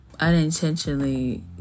unintentionally